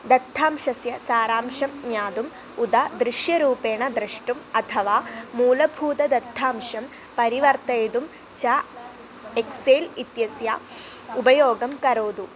दत्तांशस्य सारांशं ज्ञातुम् उत दृश्यरूपेण द्रष्टुम् अथवा मूलभूतदत्तांशं परिवर्तयितुं च एक्सेल् इत्यस्य उपयोगं करोतु